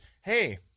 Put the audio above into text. hey –